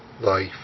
life